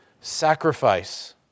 sacrifice